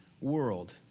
world